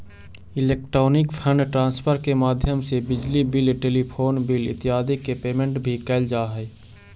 electronic fund transfer के माध्यम से बिजली बिल टेलीफोन बिल इत्यादि के पेमेंट भी कैल जा हइ